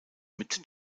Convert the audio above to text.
mit